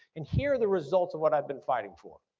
and here are the results of what i've been fighting for.